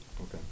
Okay